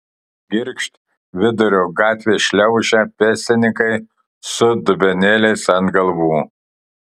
girgžt viduriu gatvės šliaužia pėstininkai su dubenėliais ant galvų